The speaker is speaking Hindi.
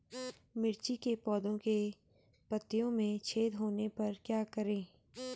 मिर्ची के पौधों के पत्तियों में छेद होने पर क्या करें?